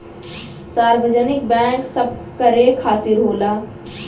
सार्वजनिक बैंक सबकरे खातिर होला